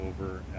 over